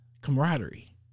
camaraderie